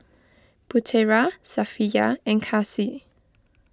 Putera Safiya and Kasih